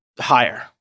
higher